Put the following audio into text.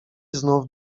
znów